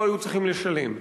לא היו צריכים לשלם,